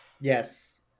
Yes